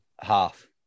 Half